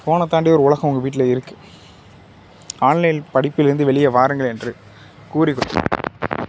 ஃபோனை தாண்டி ஒரு உலகம் உங்கள் வீட்டில் இருக்குது ஆன்லைன் படிப்பிலிருந்து வெளியே வாருங்கள் என்று கூறி